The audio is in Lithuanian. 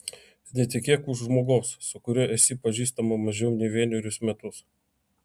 netekėk už žmogaus su kuriuo esi pažįstama mažiau nei vienerius metus